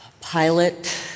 Pilot